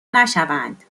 نشوند